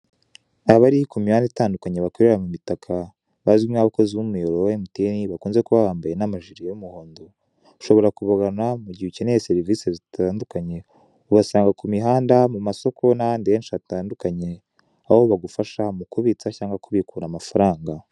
Abari ku mihanda itandukanye bakorera mu mitaka bazwi nk'abakozi b'umuyoboro wa MTN bakunze kuba bambaye n'amajire y'umuhondo, ushobora kubagana mugihe ukeneye serivise zitandukanye ubasanga ku mihanda, mu masoko n'ahandi henshi hatandukanye aho bagufasha mu kubitsa cyangwa kubikura amafaranga.